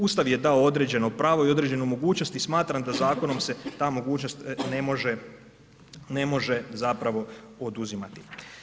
Ustav je dao određeno pravo i određene mogućnosti, smatram da zakonom se ta mogućnost ne može zapravo oduzimati.